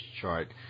chart